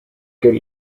could